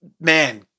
man